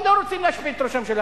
הם לא רוצים להשפיל את ראש הממשלה,